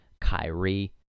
Kyrie